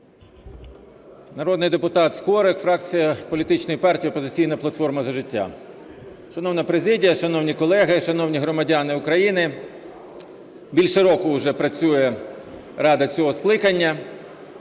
Народний депутат Скорик, фракція політичної партії "Опозиційна платформа - За життя". Шановна президія, шановні колеги, шановні громадяни України! Більше року уже працює Рада цього скликання,